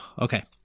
okay